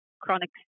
chronic